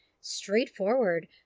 straightforward